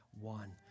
one